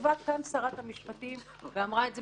ישבה כאן שרת המשפטים ואמרה את זה